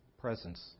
presence